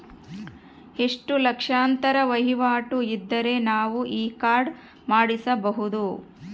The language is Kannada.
ಎಷ್ಟು ಲಕ್ಷಾಂತರ ವಹಿವಾಟು ಇದ್ದರೆ ನಾವು ಈ ಕಾರ್ಡ್ ಮಾಡಿಸಬಹುದು?